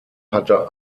hatte